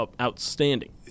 outstanding